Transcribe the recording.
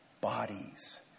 bodies